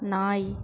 நாய்